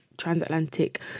transatlantic